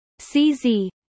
cz